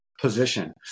position